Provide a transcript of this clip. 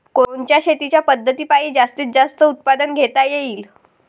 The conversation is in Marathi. कोनच्या शेतीच्या पद्धतीपायी जास्तीत जास्त उत्पादन घेता येईल?